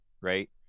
right